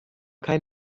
kein